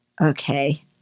Okay